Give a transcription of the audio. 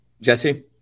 Jesse